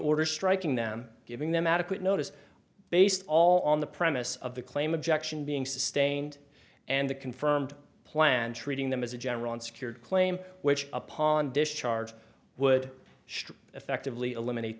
order striking them giving them adequate notice based all on the premise of the claim objection being sustained and the confirmed plan treating them as a general unsecured claim which upon discharge would effectively eliminate